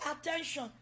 attention